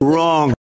Wrong